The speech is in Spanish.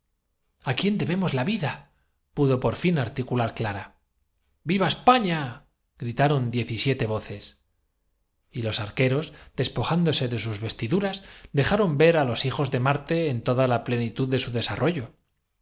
á quién debemos la vida pudo por fin articu su advierteañadió hien tique mis bodas no han lar clara sido más que un pretexto para descubrir vuestros pla viva españa gritaron diez y siete voces y los nes sólo la delación puede salvarte la vida responde arqueros despojándose de sus vestiduras dejaron ver clara hizo un gesto negativo á los hijos de marte en toda la plenitud de su desarrollo